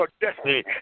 destiny